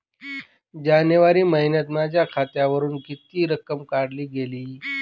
जानेवारी महिन्यात माझ्या खात्यावरुन किती रक्कम काढली गेली?